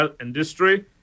industry